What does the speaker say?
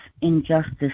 injustice